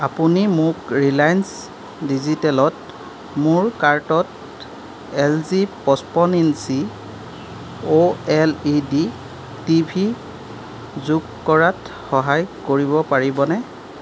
আপুনি মোক ৰিলায়েঞ্চ ডিজিটেলত মোৰ কাৰ্টত এল জি পঁচপন্ন inch O L E D T V যোগ কৰাত সহায় কৰিব পাৰিবনে